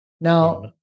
Now